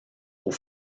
aux